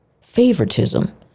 favoritism